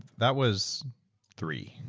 that was three.